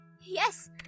Yes